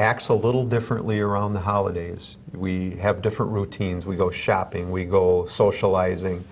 a little differently around the holidays we have different routines we go shopping we go socializing